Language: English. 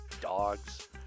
dogs